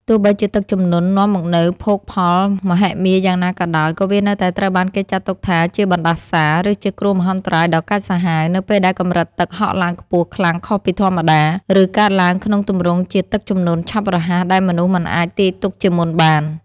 ទោះបីជាទឹកជំនន់នាំមកនូវភោគផលមហិមាយ៉ាងណាក៏ដោយ ក៏វានៅតែត្រូវបានគេចាត់ទុកថាជា បណ្ដាសា ឬជាគ្រោះមហន្តរាយដ៏កាចសាហាវ នៅពេលដែលកម្រិតទឹកហក់ឡើងខ្ពស់ខ្លាំងខុសពីធម្មតា ឬកើតឡើងក្នុងទម្រង់ជាទឹកជំនន់ឆាប់រហ័សដែលមនុស្សមិនអាចទាយទុកជាមុនបាន។